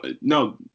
No